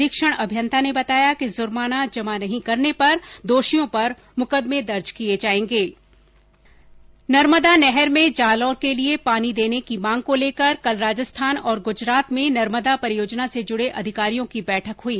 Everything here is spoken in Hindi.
अधिक्षण अभियंता ने बताया कि जुर्माना जमा नहीं कराने पर दोषियों पर मुकदमे दर्ज कराए जाएंगे नर्मदा नहर में जालौर जिले के लिए पानी देने की मांग को लेकर कल राजस्थान और ग्जरात के नर्मदा परियोजना से जुडे अधिकारियों की बैठक हुई